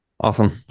Awesome